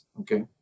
okay